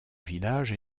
village